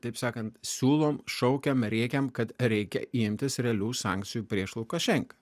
taip sakant siūlom šaukiam rėkiam kad reikia imtis realių sankcijų prieš lukašenką